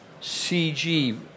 CG